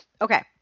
Okay